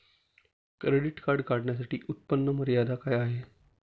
Credit card काढण्यासाठी उत्पन्न मर्यादा काय आहे?